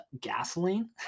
gasoline